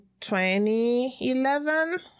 2011